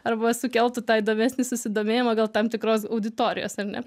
arba sukeltų tą įdomesnį susidomėjimą gal tam tikros auditorijos ar ne